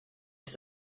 his